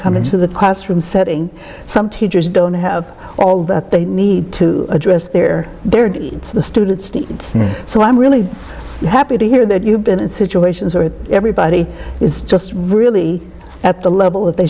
come into the classroom setting some teachers don't have all that they need to address their needs the students so i'm really happy to hear that you've been in situations where everybody is just really at the level that they